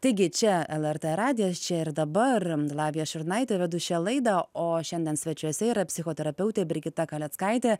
taigi čia lrt radijas čia ir dabar lavoija šurnaitė vedu šią laidą o šiandien svečiuose yra psichoterapeutė brigita kaleckaitė